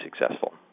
successful